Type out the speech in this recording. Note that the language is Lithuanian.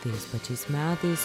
tais pačiais metais